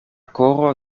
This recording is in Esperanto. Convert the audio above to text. koro